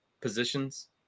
positions